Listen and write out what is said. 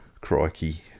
crikey